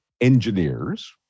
engineers